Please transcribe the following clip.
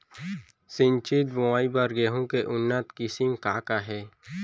सिंचित बोआई बर गेहूँ के उन्नत किसिम का का हे??